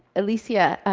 alicia,